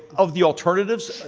of the alternatives,